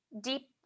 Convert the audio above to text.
deep